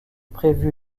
prévu